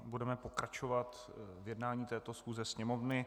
Budeme pokračovat v jednání této schůze Sněmovny.